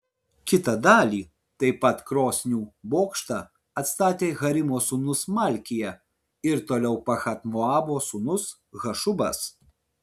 kitą dalį taip pat krosnių bokštą atstatė harimo sūnus malkija ir toliau pahat moabo sūnus hašubas